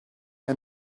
and